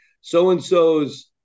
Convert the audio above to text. so-and-so's